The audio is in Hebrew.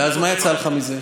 ואז מה יצא לך מזה?